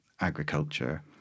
agriculture